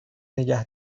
نگه